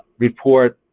report